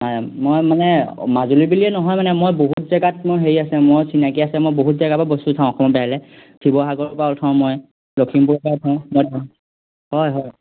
মই মানে মাজুলী বুলিয়ে নহয় মানে মই বহুত জেগাত মোৰ হেৰি আছে মোৰ চিনাকি আছে মই বহুত জেগাৰ পৰা বস্তু উঠাওঁ অসমৰ বাহিৰলৈ শিৱসাগৰৰ পৰা উঠাওঁ মই লখিমপুৰৰ পৰাও উঠাওঁ মই হয় হয়